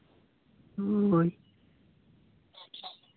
ᱦᱳᱭ